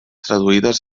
traduïdes